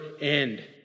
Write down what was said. end